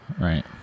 Right